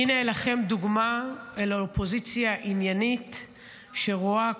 הינה לכם דוגמה לאופוזיציה עניינית שרואה,